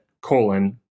colon